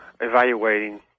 evaluating